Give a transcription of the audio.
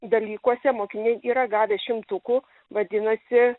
dalykuose mokiniai yra gavę šimtukų vadinasi